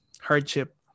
hardship